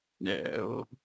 No